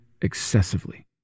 excessively